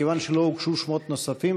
מכיוון שלא הוגשו שמות נוספים,